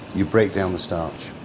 you break down the starch.